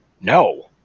No